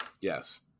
Yes